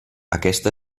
aquesta